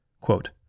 Quote